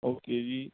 okay ਜੀ